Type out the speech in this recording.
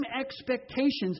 expectations